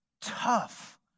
tough